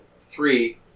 three